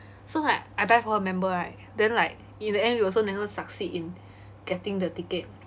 so like I buy for her member right then like in the end we also never succeed in getting the ticket